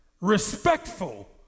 respectful